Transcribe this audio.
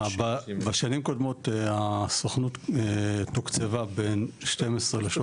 בשנים קודמות הסוכנות תוקצבה בין 12-13